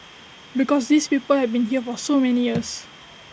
because these people have been here for so many years